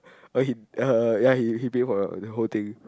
but he uh ya he he pay for the whole thing